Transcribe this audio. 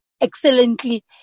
excellently